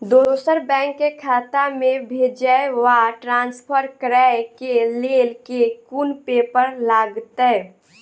दोसर बैंक केँ खाता मे भेजय वा ट्रान्सफर करै केँ लेल केँ कुन पेपर लागतै?